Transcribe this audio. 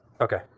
Okay